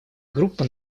группа